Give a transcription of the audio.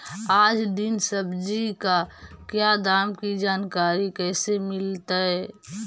आज दीन सब्जी का क्या दाम की जानकारी कैसे मीलतय?